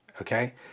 okay